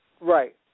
Right